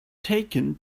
taken